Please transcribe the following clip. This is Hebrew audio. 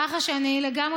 ככה שאני לגמרי